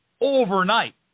overnight